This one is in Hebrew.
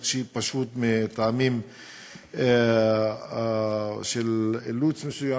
רק שפשוט מטעמים של אילוץ מסוים,